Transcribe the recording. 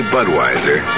Budweiser